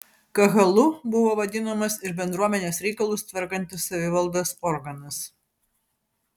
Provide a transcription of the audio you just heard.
kahalu buvo vadinamas ir bendruomenės reikalus tvarkantis savivaldos organas